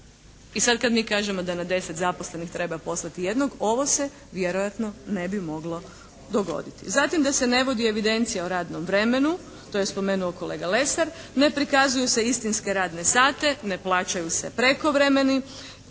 I sad kad mi kažemo da na deset zaposlenih treba poslati jednog ovo se vjerojatno ne bi moglo dogoditi. Zatim, da se ne vodi evidencija o radnom vremenu, to je spomenuo kolega Lesar, ne prikazuje se istinske radne sate, ne plaćaju se prekovremeni,